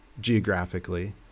geographically